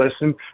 listen